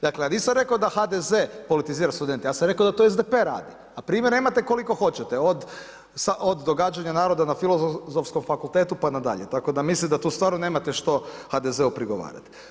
Dakle ja nisam rekao da HDZ politizira studente, ja sam rekao da to SDP radi, a primjera imate koliko hoćete od događanja naroda na Filozofskom fakultetu pa nadalje, tako da mislim da mislim da tu stvarno nemate što HDZ-u prigovarati.